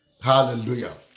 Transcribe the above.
Hallelujah